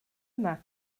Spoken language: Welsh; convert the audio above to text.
yma